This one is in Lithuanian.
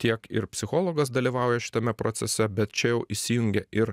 tiek ir psichologas dalyvauja šitame procese bet čia jau įsijungia ir